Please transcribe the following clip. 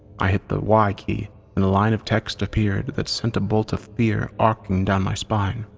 i hit the y key and a line of text appeared that sent a bolt of fear arcing down my spine.